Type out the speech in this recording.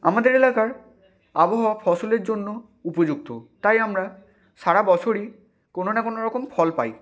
আমাদের এলাকার আবহাওয়া ফসলের জন্য উপযুক্ত তাই আমরা সারা বছরই কোনো না কোনো রকম ফল পাই